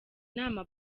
inama